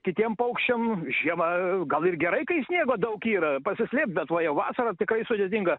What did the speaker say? kitiem paukščiam žiemą gal ir gerai kai sniego daug yra pasislėpt bet va jau vasarą tikrai sudėtinga